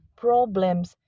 problems